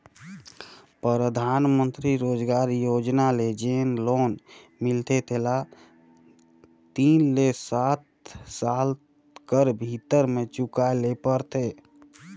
परधानमंतरी रोजगार योजना ले जेन लोन मिलथे तेला तीन ले सात साल कर भीतर में चुकाए ले परथे